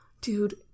dude